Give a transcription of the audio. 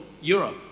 Europe